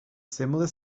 similar